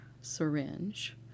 syringe